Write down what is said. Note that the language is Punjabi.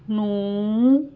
ਨੂੰ